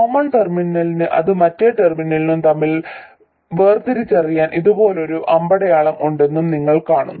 common ടെർമിനലിന് അതും മറ്റേ ടെർമിനലും തമ്മിൽ വേർതിരിച്ചറിയാൻ ഇതുപോലൊരു അമ്പടയാളം ഉണ്ടെന്നും നിങ്ങൾ കാണുന്നു